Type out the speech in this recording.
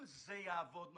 אם זה יעבוד נכון,